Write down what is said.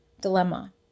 dilemma